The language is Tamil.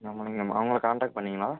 ஆமாம் நீங்கள் ம அவங்களை கான்டாக்ட் பண்ணிங்களா